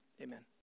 amen